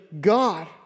God